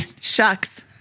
shucks